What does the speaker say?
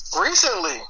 Recently